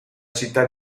città